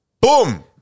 Boom